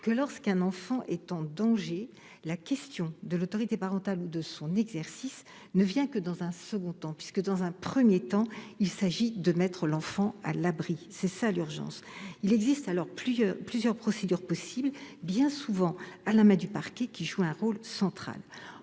que, lorsqu'un enfant est en danger, la question de l'autorité parentale ou de son exercice ne se pose que dans un second temps. L'urgence est en effet, dans un premier temps, de mettre l'enfant à l'abri. Il existe alors plusieurs procédures possibles, bien souvent à la main du parquet qui joue un rôle central.